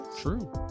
True